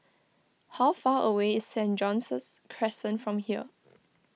how far away is Saint John's Crescent from here